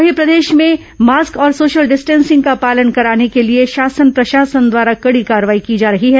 वहीं प्रदेश में मास्क और सोशल डिस्टेंसिंग का पालन कराने के लिए शासन प्रशासन द्वारा कड़ी कार्रवाई की जा रही है